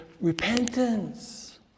Repentance